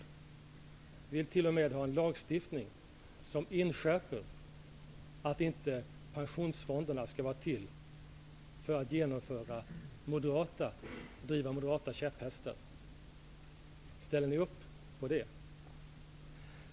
Vi vill t.o.m. ha en lagstiftning som inskärper att pensionsfonderna inte skall vara till för att driva moderata käpphästar. Ställer ni er bakom det?